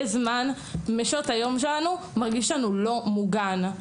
זמן משעות היום שלנו מרגיש לנו לא מוגן.